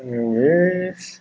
I mean yes